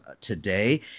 today